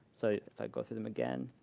so if i go through them again,